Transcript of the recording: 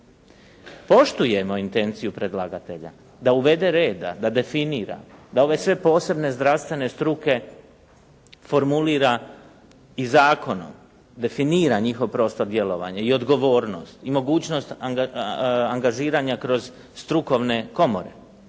Poštujemo intenciju predlagatelja da uvede reda, da definira, da ove sve posebne zdravstvene struke formulira i zakonom, definira njihov prostor djelovanja i odgovornost, i mogućnost angažiranja kroz strukovne komore